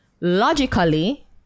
logically